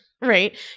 right